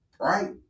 right